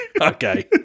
Okay